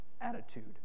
attitude